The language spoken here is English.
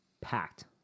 packed